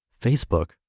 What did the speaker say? Facebook